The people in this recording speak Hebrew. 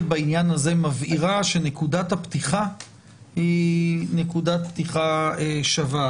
מבהירה בעניין הזה שנקודת הפתיחה היא נקודת פתיחה שווה.